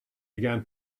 began